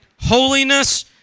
holiness